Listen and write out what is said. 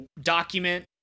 document